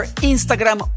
Instagram